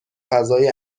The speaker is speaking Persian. فضای